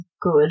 Good